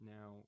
Now